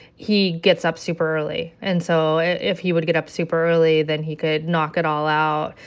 he gets up super early. and so if he would get up super early, then he could knock it all out,